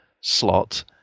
slot